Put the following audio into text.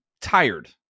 tired